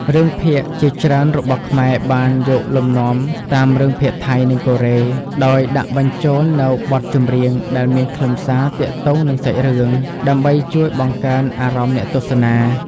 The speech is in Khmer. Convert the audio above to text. រឿងភាគជាច្រើនរបស់ខ្មែរបានយកលំនាំតាមរឿងភាគថៃ និងកូរ៉េ ដោយដាក់បញ្ចូលនូវបទចម្រៀងដែលមានខ្លឹមសារទាក់ទងនឹងសាច់រឿង ដើម្បីជួយបង្កើនអារម្មណ៍អ្នកទស្សនា។